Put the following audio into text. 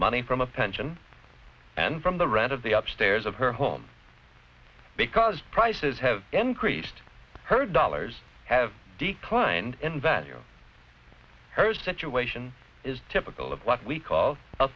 money from a pension and from the rent of the up stairs of her home because prices have increased her dollars have declined in value her situation is typical of what we call a